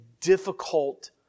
difficult